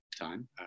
time